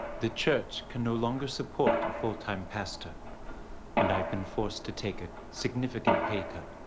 the church can no longer support a full time pastor and i have been forced to take a significant pay cut.